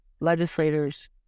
legislators